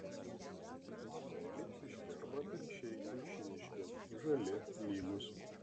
lapai elipsiški arba atvirkščiai kiaušiniški žali lygūs